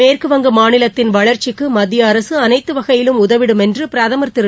மேற்குவங்க மாநிலத்தின் வளா்ச்சிக்கு மத்திய அரசு அனைத்து வகையிலும் உதவிடும் என்று பிரதமர் திரு